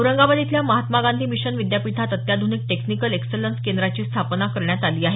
औरंगाबाद इथल्या महात्मा गांधी मिशन विद्यापीठात अत्याध्निक टेक्निकल एक्सलन्स केंद्राची स्थापना करण्यात आली आहे